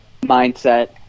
mindset